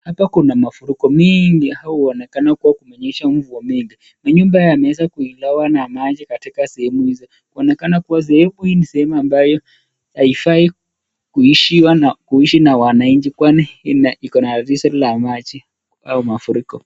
Hapa kuna mafuriko mingi au kuonekana kuwa kumenyesha mvua mingi. Manyumba yameweza kuilowa na maji katika sehemu hizo. Kunaonekana kuwa sehemu hiyo haifai kuishiwa na wananchi kwani lina shida la maji au mafuriko.